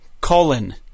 colon